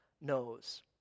knows